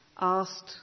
asked